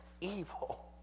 evil